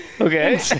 Okay